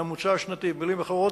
במלים אחרות,